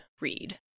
read